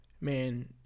man